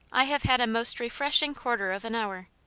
i have had a most refreshing quarter of an hour.